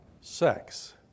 sex